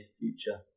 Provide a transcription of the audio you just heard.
future